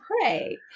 pray